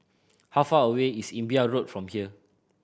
how far away is Imbiah Road from here